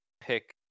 pick